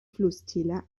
flusstäler